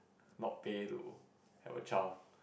not pay to have a child